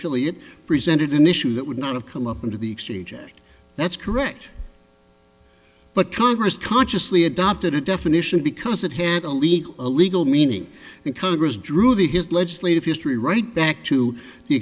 affiliate presented an issue that would not have come up into the exchanges that's correct but congress consciously adopted a definition because it had a legal a legal meaning and congress drew the his legislative history right back to the